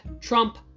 Trump